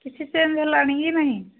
କିଛି ଚେଞ୍ଜ୍ ହେଲାଣି କି ନାହିଁ